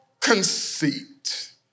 conceit